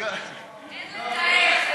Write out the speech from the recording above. על זה נאמר,